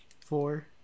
Four